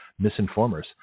misinformers